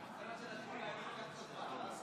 אנחנו ממשיכים בסדר-היום.